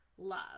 Love